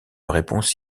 réponse